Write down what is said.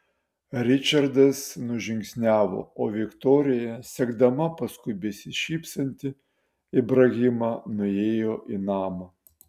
ričardas nužingsniavo o viktorija sekdama paskui besišypsantį ibrahimą nuėjo į namą